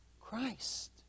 Christ